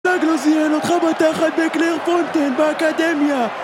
תודה גלוזיאל, אותך בתחת בקלר פונטן, באקדמיה